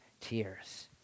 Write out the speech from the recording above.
tears